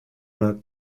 room